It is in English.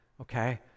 okay